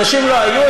אנשים לא היו?